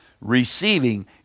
receiving